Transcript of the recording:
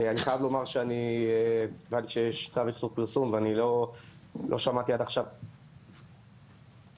אני חייב לומר שאני מזועזע עד עמקי נשמתי לשמוע את התיאורים הקשים האלה.